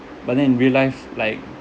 but then in real life like